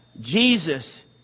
Jesus